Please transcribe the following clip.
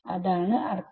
അതാണ് അർഥം